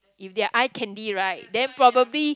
if they are eye candy right then probably